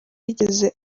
yigeze